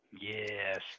Yes